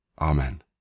Amen